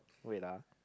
wait ah